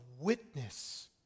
witness